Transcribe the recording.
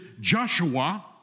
Joshua